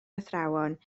athrawon